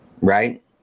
right